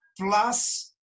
plus